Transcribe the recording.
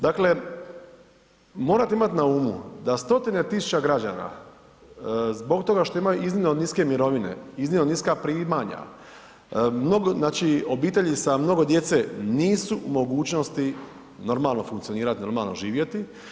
Dakle, morate imati na umu da stotine tisuća građana zbog toga što imaju iznimno niske mirovine, iznimno niska primanja, mnogo, znači obitelji sa mnogo djece nisu u mogućnosti normalno funkcionirati, normalno živjeti.